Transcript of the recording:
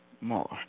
more